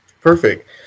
Perfect